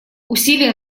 усилия